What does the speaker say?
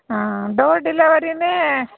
ಹಾಂ ಡೋರ್ ಡೆಲವರಿನೇ